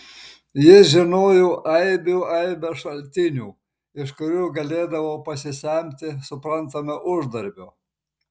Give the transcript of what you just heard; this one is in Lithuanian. jis žinojo aibių aibes šaltinių iš kurių galėdavo pasisemti suprantama uždarbio